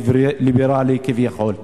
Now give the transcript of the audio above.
ליברלי כביכול.